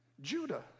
Judah